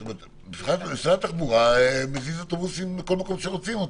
משרד התחבורה מזיז אוטובוסים מכול מקום שרוצים,